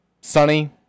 sunny